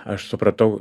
aš supratau